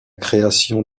création